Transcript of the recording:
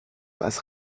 passe